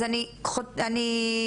אז אני חותכת את זה,